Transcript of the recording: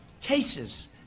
cases